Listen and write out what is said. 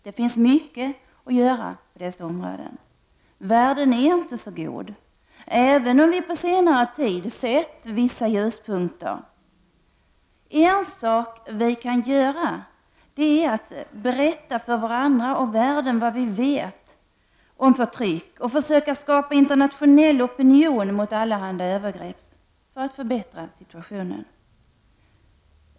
Det finns mycket att göra på dessa områden. Världen är inte så god, även om vi på senare tid sett vissa ljuspunkter. En sak vi kan göra är att berätta för varandra och världen vad vi vet om förtryck och försöka skapa internationell opinion mot allehanda övergrepp.